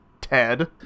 Ted